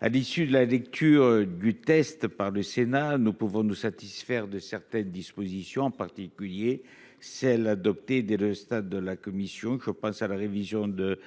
À l'issue de la lecture du test par le Sénat, nous pouvons nous satisfaire de certaines dispositions, en particulier celle adoptée dès le stade de la commission, je pense à la révision de.